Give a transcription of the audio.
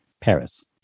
Paris